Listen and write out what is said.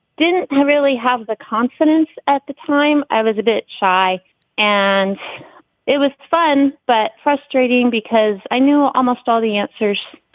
didn't really have the confidence at the time. i was a bit shy and it was fun but frustrating because i knew almost all the answers.